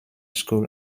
school